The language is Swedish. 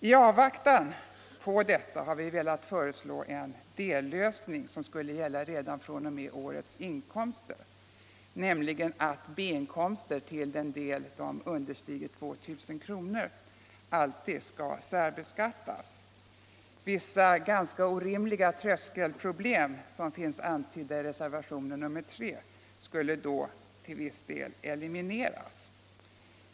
I avvaktan på detta har vi velat föreslå en dellösning som skulle gälla redan fr.o.m. årets inkomster, nämligen att B-inkomster till den del de understiger 2000 kr. alltid skall särbeskattas. Vissa ganska orimliga trös 51 kelproblem som finns antydda i reservationen 3 skulle då i varje fall elimineras.